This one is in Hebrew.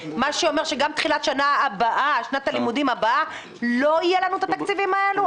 זה אומר שגם בתחילת שנת הלימודים הבאה לא יהיו לנו התקציבים האלה.